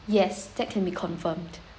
yes that can be confirmed